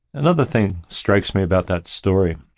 another thing strikes me about that story